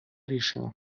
рішення